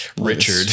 Richard